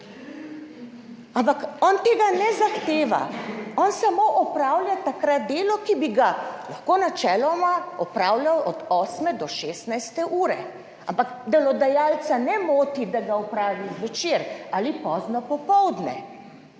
Ampak on tega ne zahteva, on samo opravlja takrat delo, ki bi ga lahko načeloma opravljal od 8. do 16. ure, ampak delodajalca ne moti, da ga opravi zvečer ali pozno popoldne.